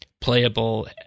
playable